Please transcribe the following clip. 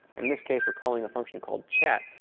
in this case, we're calling a function called chat,